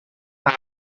برا